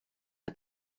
que